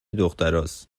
دختراست